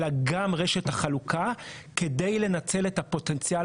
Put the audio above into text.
אלא גם רשת החלוקה כדי לנצל את הפוטנציאל